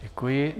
Děkuji.